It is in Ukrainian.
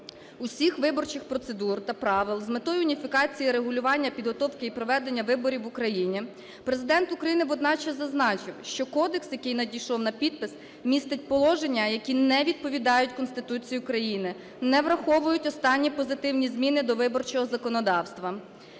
усіх виборчих процедур та правил з метою уніфікації регулювання підготовки і проведення виборів в Україні, Президент України водночас зазначив, що кодекс, який надійшов на підпис, містить положення, які не відповідають Конституції України, не враховують останні позитивні зміни до виборчого законодавства,